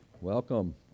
Welcome